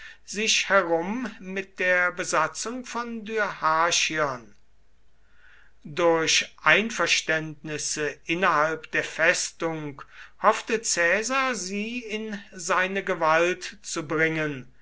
sich herum mit der besatzung vor dyrrhachion durch einverständnisse innerhalb der festung hoffte caesar sie in seine gewalt zu bringen